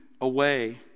away